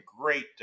great